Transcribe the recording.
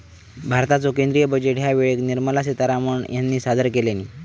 भारताचो केंद्रीय बजेट ह्या वेळेक निर्मला सीतारामण ह्यानी सादर केल्यानी